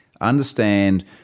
understand